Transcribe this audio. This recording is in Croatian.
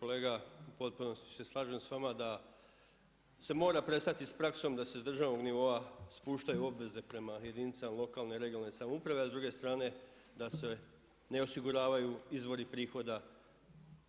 Kolega, u potpunosti se slažem s vama da se mora prestati s praksom da se s državnog nivoa spuštaju obveze prema jedinicama lokalne i regionalne samouprave, a s druge strane da se ne osiguravaju izvori prihoda